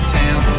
town